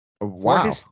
Wow